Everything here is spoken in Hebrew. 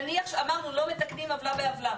אמרנו שלא מתקנים עוולה בעוולה.